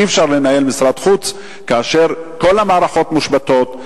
אי-אפשר לנהל משרד חוץ כאשר כל המערכות מושבתות.